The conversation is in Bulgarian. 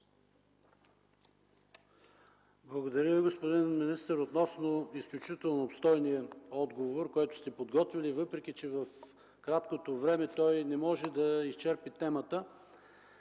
Благодаря Ви, господин министър. Относно изключително обстойния отговор, който сте подготвили, въпреки че за краткото време той не може да изчерпи темата,